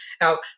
now